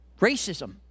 Racism